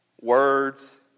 words